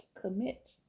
commit